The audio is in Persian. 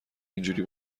اینجوری